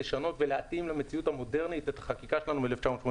לשנות ולהתאים למציאות המודרנית את החקיקה שלנו מ-1989.